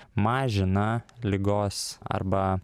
mažina ligos arba